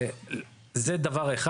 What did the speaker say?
זה דבר אחד.